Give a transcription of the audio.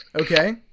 Okay